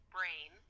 Brain